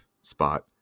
spot